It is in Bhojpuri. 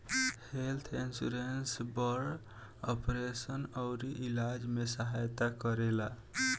हेल्थ इन्सुरेंस बड़ ऑपरेशन अउरी इलाज में सहायता करेला